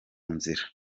nzira